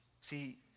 See